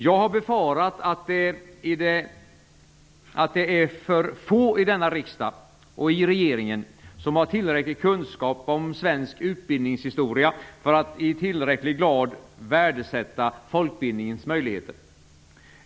Jag har befarat att det är för få i denna riksdag och i regeringen som har kunskap nog om svensk utbildningshistoria för att i tillräcklig grad värdesätta folkbildningens möjligheter.